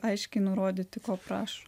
aiškiai nurodyti ko prašo